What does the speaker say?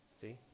See